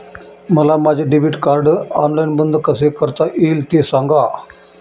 मला माझे debit card online बंद कसे करता येईल, ते सांगा